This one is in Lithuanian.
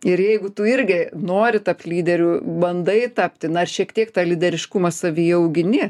ir jeigu tu irgi nori tapt lyderiu bandai tapti na ar šiek tiek tą lyderiškumą savyje augini